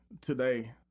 today